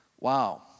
Wow